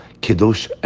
Kiddush